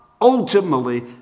ultimately